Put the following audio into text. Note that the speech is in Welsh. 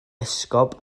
esgob